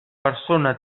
persona